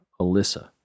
Alyssa